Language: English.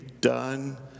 done